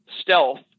Stealth